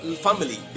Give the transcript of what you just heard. family